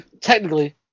Technically